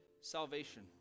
salvation